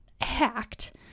hacked